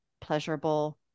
pleasurable